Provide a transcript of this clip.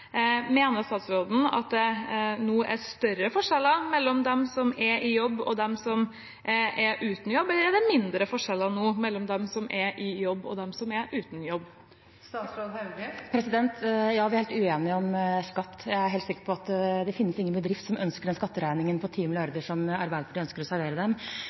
Mener statsråden at det nå er større forskjeller mellom dem som er i jobb, og dem som er uten jobb – eller er det mindre forskjeller nå mellom dem som er i jobb, og dem som er uten jobb? Ja, vi er helt uenige om skatt. Jeg er sikker på at det finnes ingen bedrift som ønsker den skatteregningen på 10 mrd. kr som Arbeiderpartiet ønsker å servere dem.